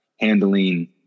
handling